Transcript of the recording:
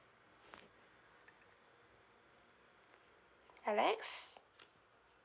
alex